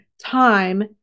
time